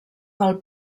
del